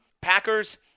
Packers